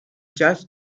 charge